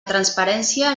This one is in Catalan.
transparència